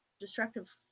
destructive